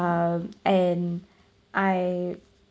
um and I